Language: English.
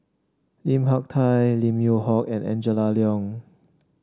Lim Hak Tai Lim Yew Hock and Angela Liong